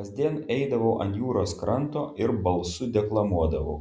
kasdien eidavau ant jūros kranto ir balsu deklamuodavau